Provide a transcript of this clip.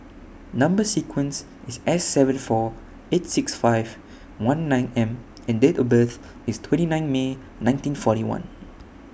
Number sequence IS S seven four eight six five one nine M and Date of birth IS twenty nine May nineteen forty one